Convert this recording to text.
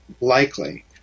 likely